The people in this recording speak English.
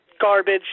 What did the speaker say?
garbage